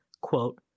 quote